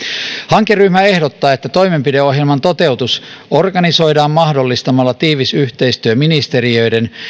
hankeryhmä ehdottaa että toimenpideohjelman toteutus organisoidaan mahdollistamalla tiivis yhteistyö ministeriöiden